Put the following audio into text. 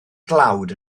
dlawd